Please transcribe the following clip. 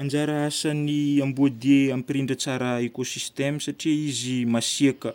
Anjara asan'ny amboadia hampirindra tsara ekôsistema satria izy masiaka.